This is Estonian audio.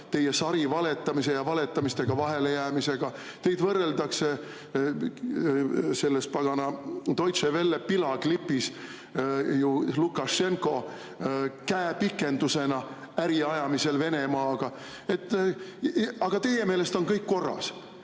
teie sarivaletamise ja valetamistega vahelejäämise pärast. Teid võrreldakse selles pagana Deutsche Welle pilaklipis ju Lukašenko käepikendusega äri ajamisel Venemaaga. Aga teie meelest on kõik korras